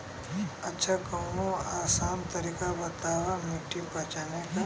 अच्छा कवनो आसान तरीका बतावा मिट्टी पहचाने की?